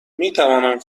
میتوانم